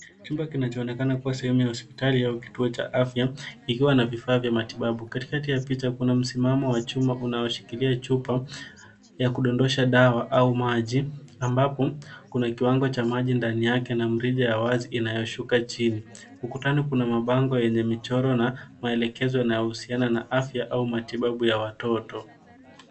Chumba kinachoonekana kuwa sehemu ya hospitali au kituo cha afya, kikiwa na vifaa vya matibabu. Katikati ya picha kuna msimamo wa chuma unaoshikilia chupa ya kudondosha dawa au maji, ambapo kuna kiwango cha maji ndani yake na mrija ya wazi inayoshuka chini. Ukutani kuna mabango yenye michoro na maelekezo yanayohusiana na afya au matibabu ya watoto.